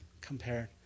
compared